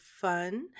fun